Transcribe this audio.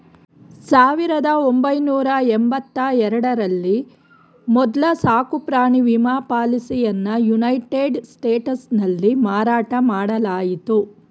ಸಾವಿರದ ಒಂಬೈನೂರ ಎಂಬತ್ತ ಎರಡ ರಲ್ಲಿ ಮೊದ್ಲ ಸಾಕುಪ್ರಾಣಿ ವಿಮಾ ಪಾಲಿಸಿಯನ್ನಯುನೈಟೆಡ್ ಸ್ಟೇಟ್ಸ್ನಲ್ಲಿ ಮಾರಾಟ ಮಾಡಲಾಯಿತು